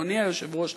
אדוני היושב-ראש,